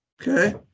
Okay